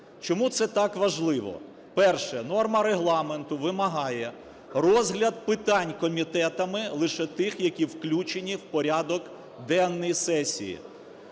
Чому це так важливо? Перше. Норма Регламенту вимагає розгляд питань комітетами лише тих, які включені в порядок денний сесії.